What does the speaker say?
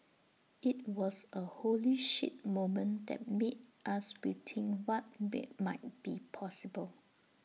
IT was A holy shit moment that made us rethink what be might be possible